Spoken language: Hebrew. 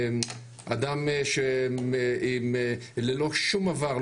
אדם ללא שום עבר,